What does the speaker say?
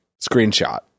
screenshot